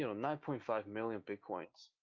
you know nine point five million bitcoins,